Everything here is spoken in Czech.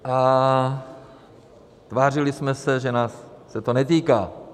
A tvářili jsme se, že nás se to netýká.